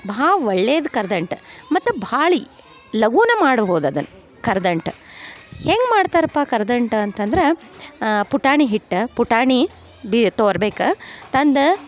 ಭಾ ಒಳ್ಳೆಯದು ಕರ್ದಂಟು ಮತ್ತು ಭಾಳ ಲಘೂನ ಮಾಡ್ಬೋದು ಅದನ ಕರ್ದಂಟು ಹೆಂಗೆ ಮಾಡ್ತಾರಪ್ಪ ಕರ್ದಂಟು ಅಂತಂದ್ರ ಪುಟಾಣಿ ಹಿಟ್ಟು ಪುಟಾಣಿ ಬಿ ತೋರ್ಬೇಕು ತಂದು